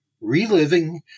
Reliving